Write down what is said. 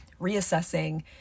reassessing